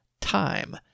time